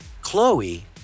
Chloe